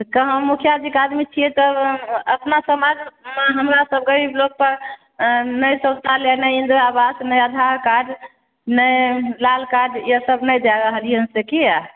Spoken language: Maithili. तऽ अहाँ मुखिया जीके आदमी छियै तऽ अपना समाजमे हमरा सब गरीब लोक पर नहि सोचलियै नहि इन्दिरा आवास नहि आधार कार्ड नहि लाल कार्ड ई सब नहि दै रहलियै से किए